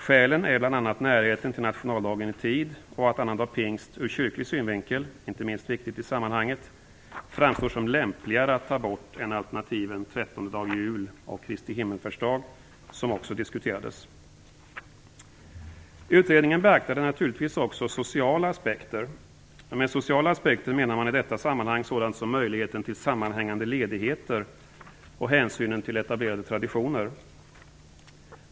Skälen är bl.a. närheten till nationaldagen i tid och att annandag pingst ur kyrklig synvinkel, inte minst viktigt i sammanhanget, framstår som lämpligare att ta bort än alternativen trettondedag jul och Kristi himmelsfärdsdag, som också diskuterades. Utredningen beaktade naturligtvis också de sociala aspekterna. Med sociala aspekter menar man i detta sammanhang sådant som möjligheten till sammanhängande ledigheter och hänsynen till etablerade traditioner.